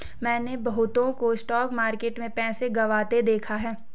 मैंने बहुतों को स्टॉक मार्केट में पैसा गंवाते देखा हैं